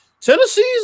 Tennessee's